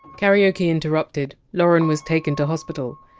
karaoke interrupted, lauren was taken to hospital.